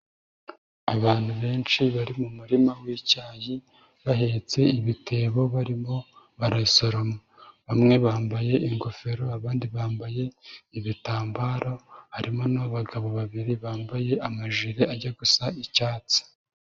Abantu benshi bari mu murima w'icyayi bahetse ibitebo barimo barayisoroma, bamwe bambaye ingofero abandi bambaye ibitambaro barimo n'abagabo babiri bambaye amajire ajya gusa icyatsi.